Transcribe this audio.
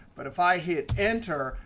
but if i hit enter,